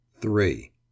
Three